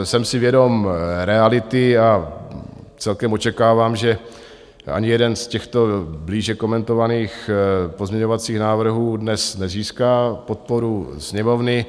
Jsem si vědom reality a celkem očekávám, že ani jeden z těchto blíže komentovaných pozměňovacích návrhů dnes nezíská podporu Sněmovny.